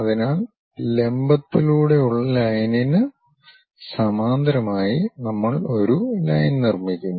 അതിനാൽ ലംബത്തിലൂടെ ഉള്ള ലൈനിന് സമാന്തരമായി നമ്മൾ ഒരു ലൈൻ നിർമ്മിക്കുന്നു